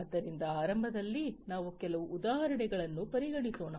ಆದ್ದರಿಂದ ಆರಂಭದಲ್ಲಿ ನಾವು ಕೆಲವು ಉದಾಹರಣೆಗಳನ್ನು ಪರಿಗಣಿಸೋಣ